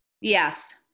Yes